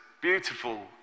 beautiful